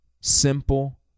simple